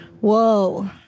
Whoa